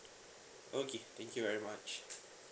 okay thank you very much